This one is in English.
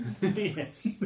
yes